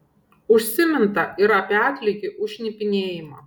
užsiminta ir apie atlygį už šnipinėjimą